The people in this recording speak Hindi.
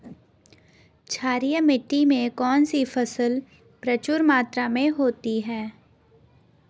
क्षारीय मिट्टी में कौन सी फसल प्रचुर मात्रा में होती है?